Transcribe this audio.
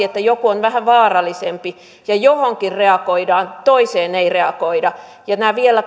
että jokin on vähän vaarallisempi ja johonkin reagoidaan toiseen ei reagoida ja nämä vielä